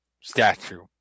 statue